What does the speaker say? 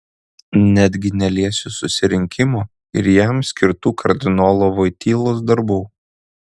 netgi neliesiu susirinkimo ir jam skirtų kardinolo voitylos darbų